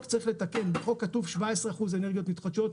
בחוק כתוב 17 אחוזים אנרגיות מתחדשות,